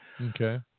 Okay